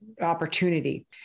opportunity